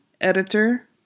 editor